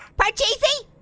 parcheesi?